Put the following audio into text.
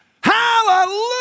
Hallelujah